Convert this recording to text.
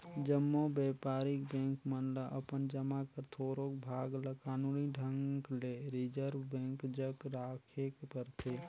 जम्मो बयपारिक बेंक मन ल अपन जमा कर थोरोक भाग ल कानूनी ढंग ले रिजर्व बेंक जग राखेक परथे